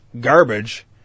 garbage